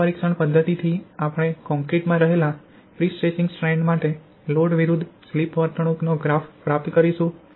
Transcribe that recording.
આ પરીક્ષણ પદ્ધતિથી આપણે કોંક્રીટમાં રહેલા પ્રીસ્ટ્રેસિંગ સ્ટ્રેન્ડ માટે લોડ વિરુધ્ધ સ્લિપ વર્તણૂક નો ગ્રાફ પ્રાપ્ત કરીશું